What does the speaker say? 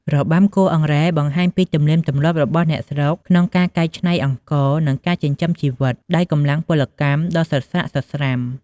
របាំគោះអង្រែ បង្ហាញពីទំនៀមទម្លាប់របស់អ្នកស្រុកក្នុងការកែច្នៃអង្ករ និង ការចិញ្ចឹមជីវិតដោយកម្លាំងពលកម្ម ដ៏សស្រាក់សស្រាំ។